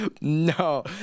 No